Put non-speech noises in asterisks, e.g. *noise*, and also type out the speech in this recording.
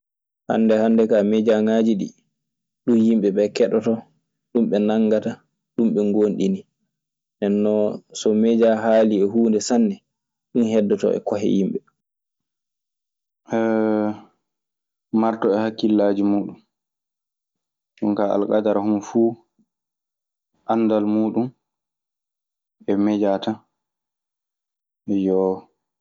Hande hande ka mejagaji ɗi, ɗun yimɓe ɓe keɗoto ɗum ɓe nangata dun ɓe gonɗini ɗenon. So meja hali e hunɗe sanne ɗun heɗotoo e kohe yimɓe. *hesitation* marda e hakkillaaji muɗum, ɗum ka algadara muɗum fuu, anndal e mejja tan.